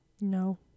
no